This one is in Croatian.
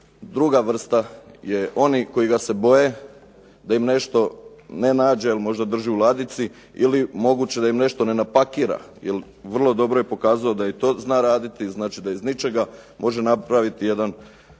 Druga vrsta je oni koji ga se boje da im nešto ne nađe, jer možda drži u ladici ili moguće da im nešto ne napakira. Jer vrlo dobro je pokazao da i to zna raditi. Znači, da iz ničega može napraviti jedan